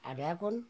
আর এখন